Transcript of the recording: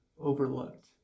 overlooked